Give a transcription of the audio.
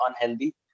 unhealthy